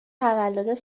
تولد